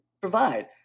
provide